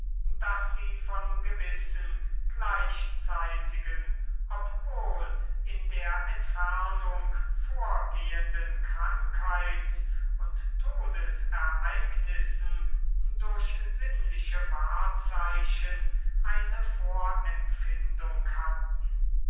daß sie von gewissen gleichzeitigen obwohl in der entfernung vorgehenden kranheits und todesereignissen durch sinnliche wahrzeichen eine vorempfindung hatten